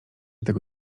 tego